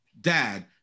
dad